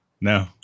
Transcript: No